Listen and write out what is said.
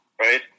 right